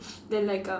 then like erm